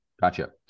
Gotcha